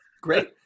Great